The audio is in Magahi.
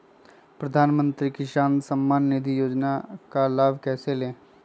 प्रधानमंत्री किसान समान निधि योजना का लाभ कैसे ले?